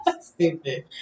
Stupid